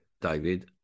David